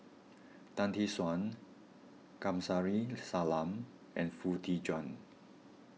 Tan Tee Suan Kamsari Salam and Foo Tee Jun